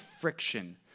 friction